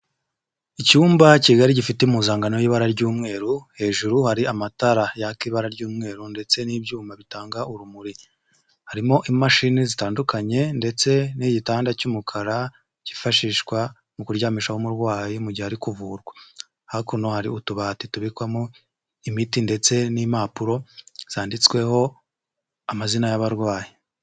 Icyumba kigari gifite umpuzankano y'ibara ry'umweru hejuru hari amatara yaka ibara ry'umweru ndetse n'ibyuma bitanga urumuri harimo imashini zitandukanye ndetse n'igitanda cy'umukara cyifashishwa mu kuryamishaho umurwayi mu gihe ari kuvurwa hakuno hari utubati tubikwamo imiti ndetse n'impapuro zanditsweho amazina y'abarwayi.